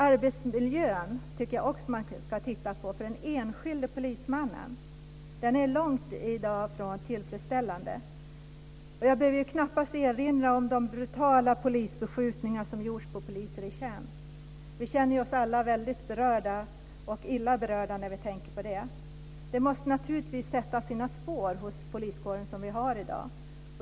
Arbetsmiljön för den enskilde polismannen tycker jag också att man ska titta närmare på. Den är i dag långt ifrån tillfredsställande. Jag behöver knappast erinra om de brutala beskjutningar som ägt rum på poliser i tjänst. Vi känner oss alla mycket illa berörda när vi tänker på det. Det måste naturligtvis sätta sina spår hos den poliskår som vi har i dag.